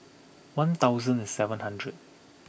one thousand and seven hundred